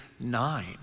nine